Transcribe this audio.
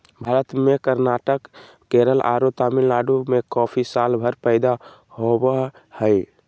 भारत में कर्नाटक, केरल आरो तमिलनाडु में कॉफी सालभर पैदा होवअ हई